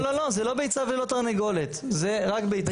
לא, זה לא ביצה ולא תרנגולת, זה רק ביצה.